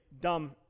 dumb